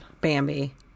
Bambi